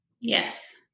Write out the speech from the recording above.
Yes